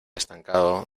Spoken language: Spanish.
estancado